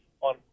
on